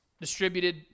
distributed